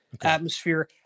atmosphere